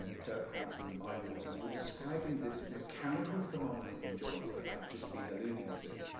kirk, hansel, and bywaters, were describing this mechanical phenomenon in joints that i've just been alluding to,